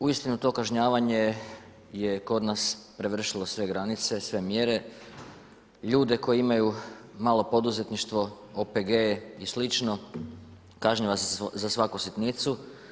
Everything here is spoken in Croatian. Uistinu to kažnjavanje je kod nas prevršilo sve granice, sve mjere, ljude koji imaju malo poduzetništvo, OPG-e i slično kažnjava se za svaku sitnicu.